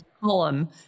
column